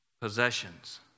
possessions